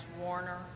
Warner